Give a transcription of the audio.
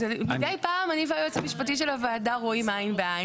מידי פעם אני והיועץ המשפטי של הוועדה רואים עין בעין.